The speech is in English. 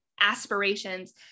aspirations